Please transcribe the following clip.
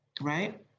Right